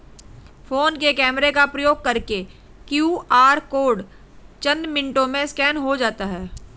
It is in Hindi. फोन के कैमरा का प्रयोग करके क्यू.आर कोड चंद मिनटों में स्कैन हो जाता है